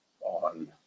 on